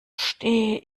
stehe